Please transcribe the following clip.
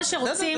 בסדר,